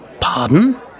Pardon